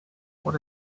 what